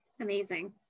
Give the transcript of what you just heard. Amazing